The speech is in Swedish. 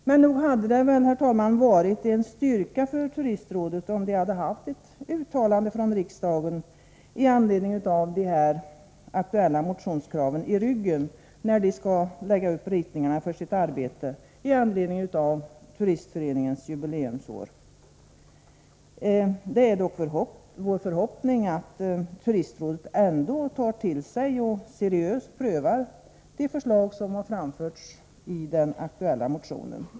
Men nog hade det väl varit en styrka för Turistrådet om man hade haft ett uttalande från riksdagen i anledning av de aktuella motionskraven i ryggen då man skall lägga upp ritningarna för sitt arbete i anledning av Turistföreningens jubileumsår? Det är dock vår förhoppning att Turistrådet ändå tar till sig och seriöst prövar de förslag som framförts i den aktuella motionen.